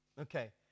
Okay